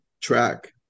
track